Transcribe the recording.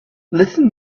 listen